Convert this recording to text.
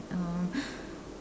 um